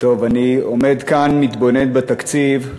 אני עומד כאן, מתבונן בתקציב,